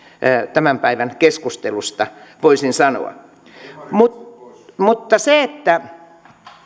tämän päivän keskustelusta voisin sanoa mutta mutta se että